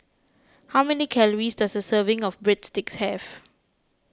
how many calories does a serving of Breadsticks have